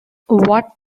what